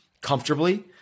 comfortably